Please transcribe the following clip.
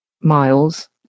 miles